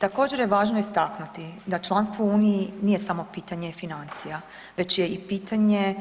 Također je važno istaknuti da članstvo u Uniji nije samo pitanje financija već je i pitanje